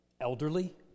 elderly